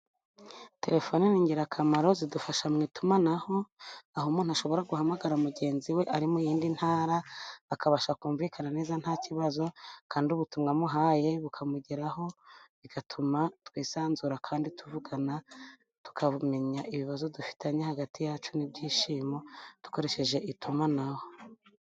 Telefone ni ingirakamaro, zidufasha mu itumanaho, aho umuntu ashobora guhamagara mugenzi we ari mu yindi ntara, akabasha kumvikana neza nta kibazo, kandi ubutumwa amuhaye bukamugeraho, bigatuma twisanzura kandi tuvugana tukamenya ibibazo dufitanye hagati yacu, n'ibyishimo dukoresheje itumanaho.